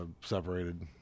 separated